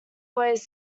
always